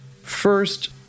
First